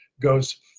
goes